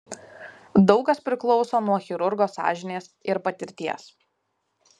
daug kas priklauso nuo chirurgo sąžinės ir patirties